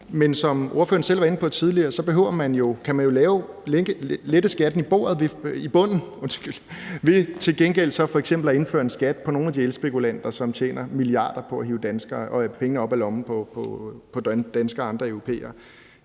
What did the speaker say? Men som ordføreren selv var inde på tidligere, kan man jo lette skatten i bunden ved til gengæld så f.eks. at indføre en skat på nogle af de elspekulanter, som tjener milliarder på at hive pengene op af lommen på danskere og andre europæere.